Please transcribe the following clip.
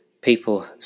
people